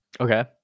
Okay